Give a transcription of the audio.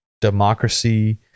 democracy